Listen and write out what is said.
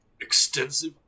Extensive